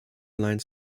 line